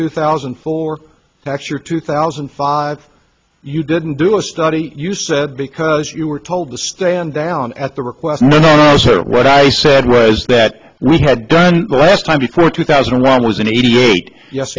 two thousand and four x year two thousand and five you didn't do a study you said because you were told to stand down at the request what i said was that we had done the last time before two thousand and one was in eighty eight yes